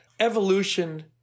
Evolution